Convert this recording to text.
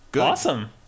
Awesome